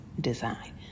design